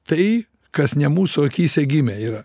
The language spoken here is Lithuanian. tai kas ne mūsų akyse gimę yra